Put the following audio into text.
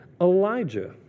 Elijah